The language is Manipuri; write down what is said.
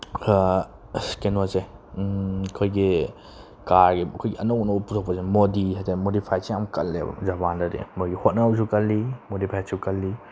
ꯑꯁ ꯀꯩꯅꯣꯁꯦ ꯑꯩꯈꯣꯏꯒꯤ ꯀꯥꯔꯒꯤ ꯑꯩꯈꯣꯏꯒꯤ ꯑꯅꯧ ꯑꯅꯧꯕ ꯄꯨꯊꯣꯛꯄꯁꯦ ꯃꯣꯗꯤ ꯍꯥꯏꯇꯥꯔꯦ ꯃꯣꯗꯤꯐꯥꯏꯠꯁꯦ ꯌꯥꯝ ꯀꯜꯂꯦꯕ ꯖꯄꯥꯟꯗꯗꯤ ꯃꯣꯏꯒꯤ ꯍꯣꯠꯅꯕꯁꯨ ꯀꯜꯂꯤ ꯃꯣꯗꯤꯐꯥꯏꯠꯁꯨ ꯀꯜꯂꯤ